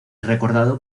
recordado